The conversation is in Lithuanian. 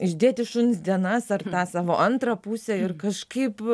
išdėti į šuns dienas ar tą savo antrą pusę ir kažkaip